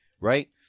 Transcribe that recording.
right